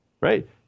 right